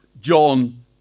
John